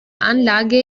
anlage